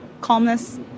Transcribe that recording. calmness